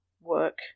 work